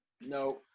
no